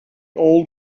old